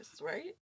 right